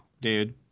dude